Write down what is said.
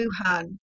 Wuhan